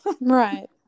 Right